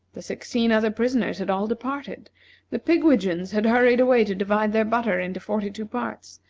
the sixteen other prisoners had all departed the pigwidgeons had hurried away to divide their butter into forty-two parts,